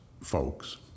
folks